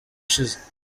ushize